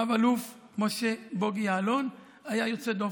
רב-אלוף משה בוגי יעלון היה יוצא דופן,